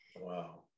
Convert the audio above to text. Wow